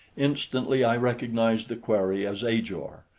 instantly i recognized the quarry as ajor.